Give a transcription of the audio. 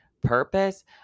purpose